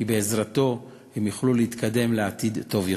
כי בעזרתו הם יוכלו להתקדם לעתיד טוב יותר.